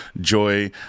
joy